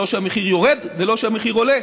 לא כשהמחיר יורד ולא כשהמחיר עולה,